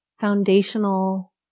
foundational